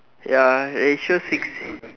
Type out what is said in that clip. ya it shows six